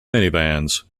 minivans